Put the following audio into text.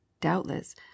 doubtless